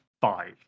five